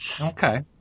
Okay